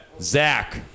Zach